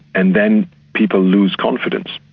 and then people lose confidence,